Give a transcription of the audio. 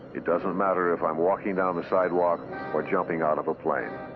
it doesn't matter if i'm walking down the sidewalk or jumping out of a plane.